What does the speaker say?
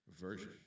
version